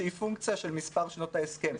שהיא פונקציה של מספר שנות ההסכם,